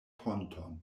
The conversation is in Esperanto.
ponton